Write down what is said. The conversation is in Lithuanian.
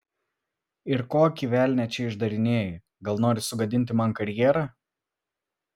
ir kokį velnią čia išdarinėji gal nori sugadinti man karjerą